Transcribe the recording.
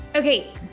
Okay